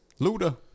Luda